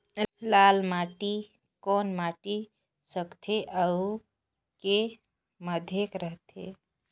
लाल माटी ला कौन माटी सकथे अउ के माधेक राथे?